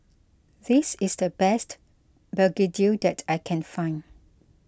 this is the best Begedil that I can find